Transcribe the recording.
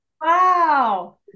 Wow